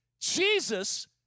Jesus